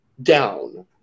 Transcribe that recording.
Down